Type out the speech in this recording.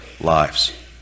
lives